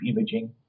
imaging